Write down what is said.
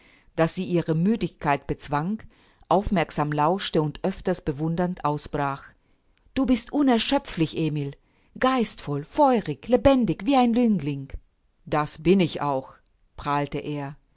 daß sie ihre müdigkeit bezwang aufmerksam lauschte und öfters bewundernd ausbrach du bist unerschöpflich emil geistvoll feurig lebendig wie ein jüngling das bin ich auch prahlte er